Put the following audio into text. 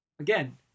Again